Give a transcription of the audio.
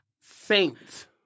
Saint